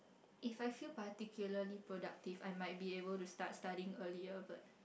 if I feel particularly productive I might be able to start studying earlier but